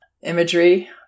imagery